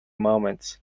moments